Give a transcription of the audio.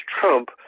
Trump